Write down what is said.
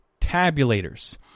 tabulators